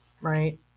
right